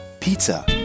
Pizza